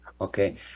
Okay